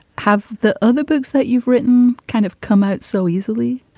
have the other books that you've written kind of come out so easily?